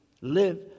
live